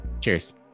Cheers